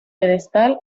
pedestal